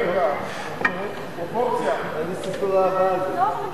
רגע, רגע, רגע, פרופורציה.